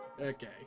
Okay